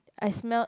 I smelled